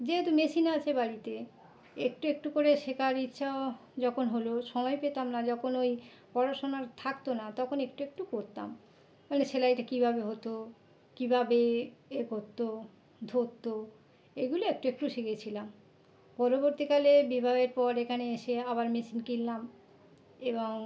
যেহেতু মেশিন আছে বাড়িতে একটু একটু করে শেখার ইচ্ছা যখন হলো সময় পেতাম না যখন ওই পড়াশোনার থাকতো না তখন একটু একটু করতাম মানে সেলাইটা কীভাবে হতো কীভাবে এ করতো ধরতো এগুলি একটু একটু শিখেছিলাম পরবর্তীকালে বিবাহের পর এখানে এসে আবার মেশিন কিনলাম এবং